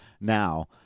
now